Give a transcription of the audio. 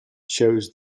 shows